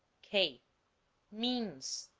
k means,